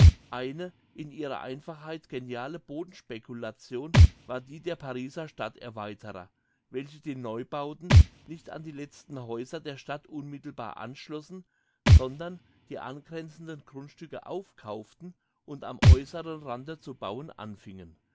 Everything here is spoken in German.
eine in ihrer einfachheit geniale bodenspeculation war die der pariser stadterweiterer welche die neubauten nicht an die letzten häuser der stadt unmittelbar anschlossen sondern die angrenzenden grundstücke aufkauften und am äusseren rande zu bauen anfingen